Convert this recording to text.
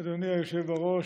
היושב-ראש,